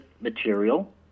material